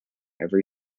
every